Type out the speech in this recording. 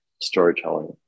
storytelling